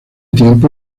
tiempo